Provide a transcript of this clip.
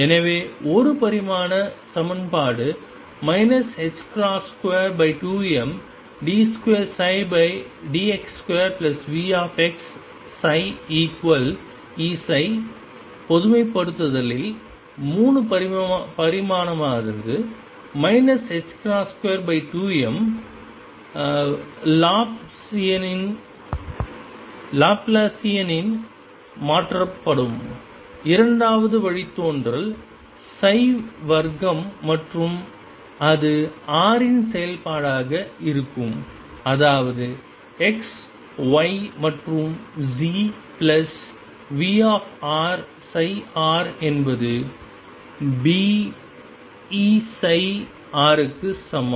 எனவே ஒரு பரிமாண சமன்பாடு 22md2dx2VψEψ பொதுமைப்படுத்தலில் 3 பரிமாணமானது 22m லாப்லாசியன் மாற்றப்படும் இரண்டாவது வழித்தோன்றல் வர்க்கம் மற்றும் அது r இன் செயல்பாடாக இருக்கும் அதாவது x y மற்றும் z பிளஸ் V ψ என்பதுb Eψ க்கு சமம்